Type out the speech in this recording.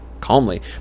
calmly